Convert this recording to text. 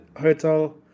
hotel